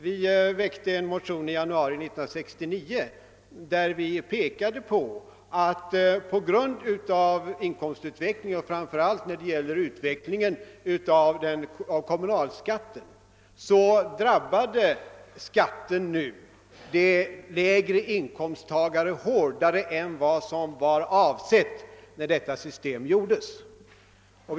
Vi väckte en motion i januari 1969, där vi pekade på att på grund av inkomstutvecklingen och utvecklingen i fråga om kommunalskatten drabbar skatterna nu lägre inkomsttagare hår dare än vad som var avsett när det nuvarande skattesystemet konstruerades.